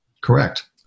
Correct